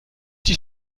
die